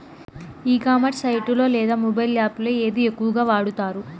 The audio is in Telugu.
ఈ కామర్స్ సైట్ లో లేదా మొబైల్ యాప్ లో ఏది ఎక్కువగా వాడుతారు?